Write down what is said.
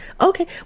Okay